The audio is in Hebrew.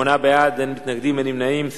שמונה בעד, אין מתנגדים, אין נמנעים.